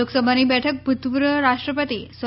લોકસભાની બેઠક ભૂતપૂર્વ રાષ્ટ્રપતિ સ્વ